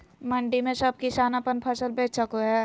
मंडी में सब किसान अपन फसल बेच सको है?